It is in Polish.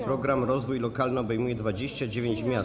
Program „Rozwój lokalny” obejmuje 29 miast.